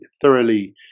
thoroughly